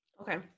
Okay